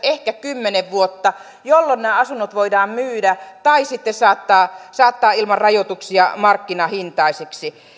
ehkä kymmenen vuotta jolloin nämä asunnot voidaan myydä tai sitten saattaa saattaa ilman rajoituksia markkinahintaisiksi